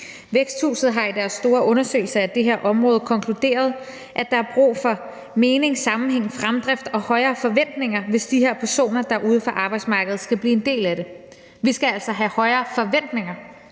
Væksthuset har i deres store undersøgelse af det her område konkluderet, at der er brug for mening, sammenhæng, fremdrift og højere forventninger, hvis de her personer, der er uden for arbejdsmarkedet, skal blive en del af det. Vi skal altså have højere forventninger